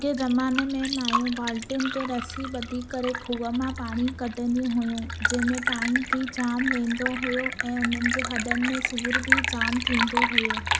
अॻिए जमाने में माइयूं बालटीयूंनि ते रस्सी बधी करे खूअं मां पाणी कढ़ंदी हुइयूं जंहिंमे टाइम बि जाम वेंदो हुयो ऐं हुननि जे हॾनि में सूर बि जाम थींदो हूयो